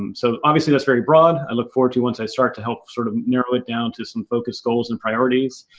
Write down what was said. um so, obviously, that's very broad. i look forward to it, once i start to help sort of narrow it down to some focus goals and priorities.